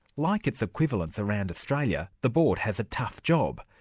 like its equivalents around australia, the board has a tough job.